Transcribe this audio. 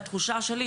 התחושה שלי,